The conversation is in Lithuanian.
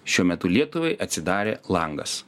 šiuo metu lietuvai atsidarė langas